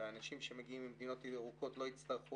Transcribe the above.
והאנשים שמגיעים ממדינות ירוקות לא יצטרכו